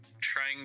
trying